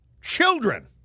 children